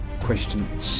Question